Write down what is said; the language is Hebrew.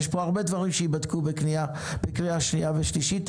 יש הרבה דברים שייבדקו פה בקריאה שנייה ושלישית,